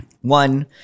one